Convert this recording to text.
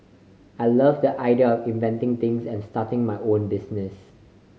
I love the idea inventing things and starting my own business